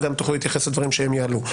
וגם תוכלו להתייחס לדברים כשהם יעלו.